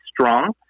strong